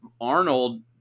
Arnold